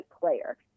player